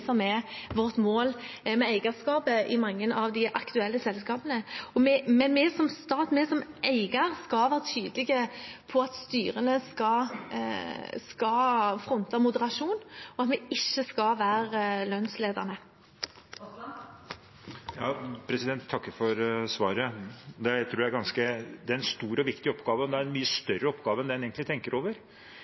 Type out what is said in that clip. som er vårt mål med eierskapet i mange av de aktuelle selskapene. Men vi som stat og som eier skal være tydelige på at styrene skal fronte moderasjon, og at vi ikke skal være lønnsledende. Det blir oppfølgingsspørsmål – først Terje Aasland. Jeg takker for svaret. Det er en stor og viktig oppgave, og det er en mye større oppgave enn det en egentlig tenker over.